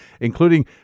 including